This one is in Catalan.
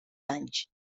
anys